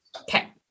Okay